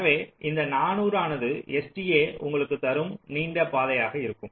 எனவே இந்த 400 ஆனது STA உங்களுக்கு தரும் நீண்ட பாதையாக இருக்கும்